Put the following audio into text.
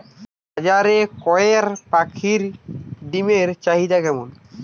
বাজারে কয়ের পাখীর ডিমের চাহিদা কেমন?